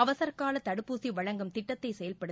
அவசர கால தடுப்பூசி வழங்கும் திட்டத்தை செயல்படுத்த